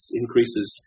increases